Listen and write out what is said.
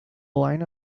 line